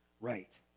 right